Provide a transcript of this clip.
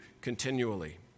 continually